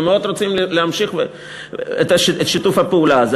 ומאוד רוצים להמשיך את שיתוף הפעולה הזה.